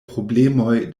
problemoj